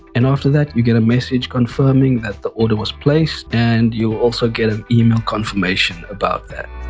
and after that you get a message confirming that the order was place and you'll also get an email confirmation about that.